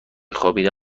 خوابیدن